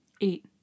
Eight